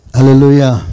Hallelujah